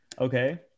Okay